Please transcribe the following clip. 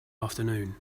afternoon